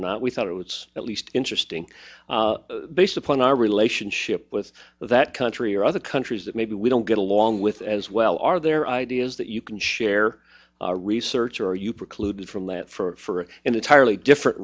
or not we thought it was at least interesting based upon our relationship with that country or other countries that maybe we don't get along with as well are there ideas that you can share research are you precluded from that for a entirely different